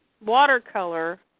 watercolor